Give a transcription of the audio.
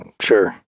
sure